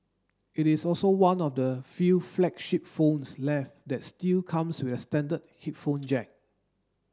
it is also one of the few flagship phones left that still comes with a standard headphone jack